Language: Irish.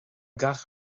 gach